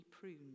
pruned